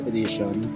Edition